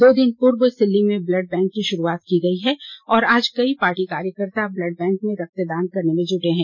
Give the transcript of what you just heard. दो दिन पूर्व सिल्ली में ब्लड बैंक की शुरुआत की गई है और आज कई पार्टी कार्यकर्ता ब्लड बैंक में रक्तदान करने में जूटे हैं